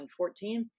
2014